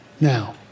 Now